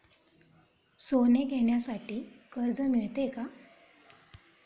सोने घेण्यासाठी कर्ज मिळते का?